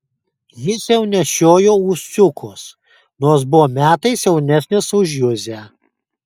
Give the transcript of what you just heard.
jis jau nešiojo ūsiukus nors buvo metais jaunesnis už juzę